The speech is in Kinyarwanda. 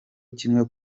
kimwe